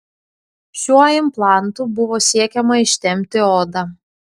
šiuo implantu buvo siekiama ištempti odą